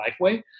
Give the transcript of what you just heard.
LifeWay